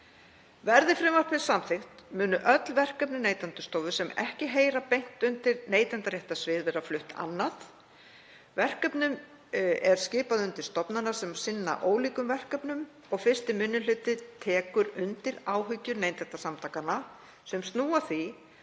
Verði frumvarpið samþykkt munu öll verkefni Neytendastofu sem ekki heyra beint undir neytendaréttarsvið verða flutt annað. Verkefnum er skipað undir stofnanir sem sinna ólíkum verkefnum. 1. minni hluti tekur undir áhyggjur Neytendasamtakanna sem snúa að